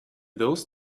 those